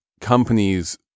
companies